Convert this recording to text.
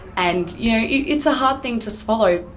and you know it's a hard thing to swallow.